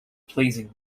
pleasing